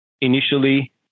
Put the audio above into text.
initially